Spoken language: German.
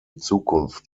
zukunft